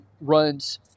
runs